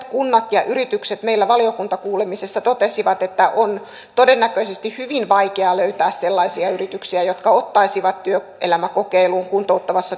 kunnat ja yritykset meillä valiokuntakuulemisissa totesivat että on todennäköisesti hyvin vaikea löytää sellaisia yrityksiä jotka ottaisivat työelämäkokeiluun